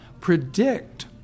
predict